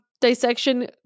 dissection